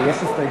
היה מתאים